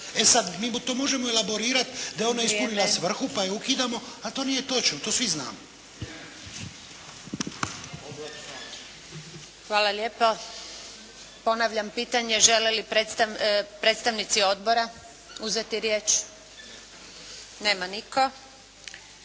E sada, mi to možemo i elaborirati da je ona ispunila svrhu, pa je ukidamo, a to nije točno. To svi znamo. **Antunović, Željka (SDP)** Hvala lijepa. Ponavljam pitanje, žele li predstavnici Odbora uzeti riječ? Nema nitko.